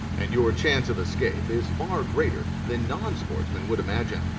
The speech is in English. and your chance of escape is far greater than non-sportsmen would imagine.